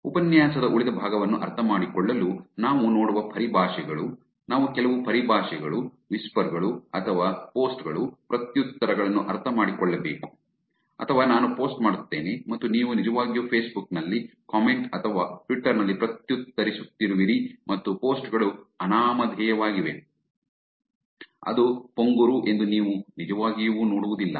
ಉಪನ್ಯಾಸದ ಉಳಿದ ಭಾಗವನ್ನು ಅರ್ಥಮಾಡಿಕೊಳ್ಳಲು ನಾವು ನೋಡುವ ಪರಿಭಾಷೆಗಳು ನಾವು ಕೆಲವು ಪರಿಭಾಷೆಗಳು ವಿಸ್ಪರ್ ಗಳು ಅಥವಾ ಪೋಸ್ಟ್ ಗಳು ಪ್ರತ್ಯುತ್ತರಗಳನ್ನು ಅರ್ಥಮಾಡಿಕೊಳ್ಳಬೇಕು ಅಥವಾ ನಾನು ಪೋಸ್ಟ್ ಮಾಡುತ್ತೇನೆ ಮತ್ತು ನೀವು ನಿಜವಾಗಿಯೂ ಫೇಸ್ಬುಕ್ ನಲ್ಲಿ ಕಾಮೆಂಟ್ ಅಥವಾ ಟ್ವಿಟರ್ ನಲ್ಲಿ ಪ್ರತ್ಯುತ್ತರಿಸುತ್ತಿರುವಿರಿ ಮತ್ತು ಪೋಸ್ಟ್ ಗಳು ಅನಾಮಧೇಯವಾಗಿವೆ ಅದು ಪೊಂಗುರು ಎಂದು ನೀವು ನಿಜವಾಗಿಯೂ ನೋಡುವುದಿಲ್ಲ